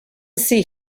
see